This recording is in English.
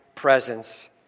Presence